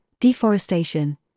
deforestation